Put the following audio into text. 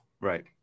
Right